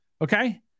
Okay